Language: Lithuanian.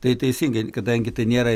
tai teisingai kadangi tai nėra